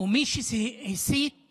ומי שהסית